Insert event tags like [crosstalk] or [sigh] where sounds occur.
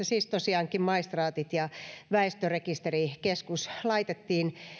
[unintelligible] siis tosiaankin maistraatit ja väestörekisterikeskus laitettiin